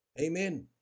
Amen